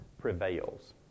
prevails